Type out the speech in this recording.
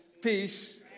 peace